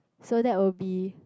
so that would be